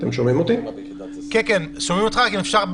אם אפשר,